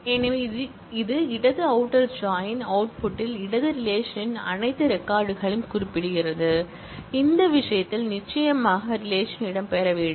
எனவே இடது outer join அவுட்புட்டில் இடது ரிலேஷன்ன் அனைத்து ரெக்கார்ட் களையும் குறிப்பிடுகிறது இந்த விஷயத்தில் நிச்சயமாக ரிலேஷன் இடம்பெற வேண்டும்